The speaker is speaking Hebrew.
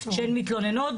שהן מתלוננות,